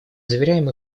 заверяем